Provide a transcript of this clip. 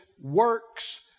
works